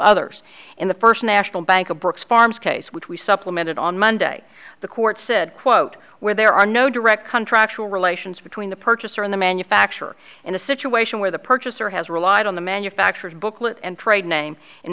others in the first national bank of brooks farms case which we supplemented on monday the court said quote where there are no direct contractual relations between the purchaser and the manufacturer in a situation where the purchaser has relied on the manufacturers booklet and trade name